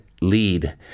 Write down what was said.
lead